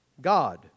God